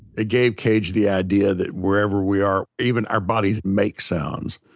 it gave cage the idea that wherever we are, even our bodies make sounds.